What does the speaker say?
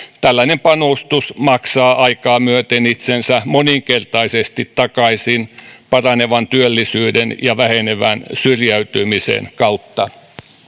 tällainen panostus maksaa aikaa myöten itsensä moninkertaisesti takaisin paranevan työllisyyden ja vähenevän syrjäytymisen kautta